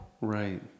right